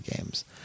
games